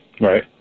Right